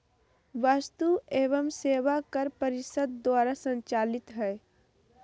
वस्तु एवं सेवा कर परिषद द्वारा संचालित हइ